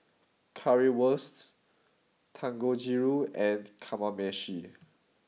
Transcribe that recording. Currywurst Dangojiru and Kamameshi